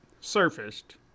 surfaced